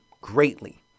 greatly